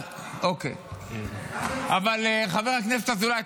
אבל חבר הכנסת אזולאי,